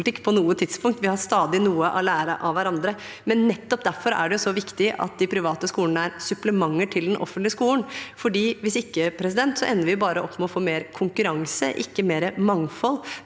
på noe tidspunkt. Vi har stadig noe å lære av hverandre, men nettopp derfor er det så viktig at de private skolene er supplementer til den offentlige skolen, for hvis ikke ender vi bare opp med å få mer konkurranse, ikke mer mangfold.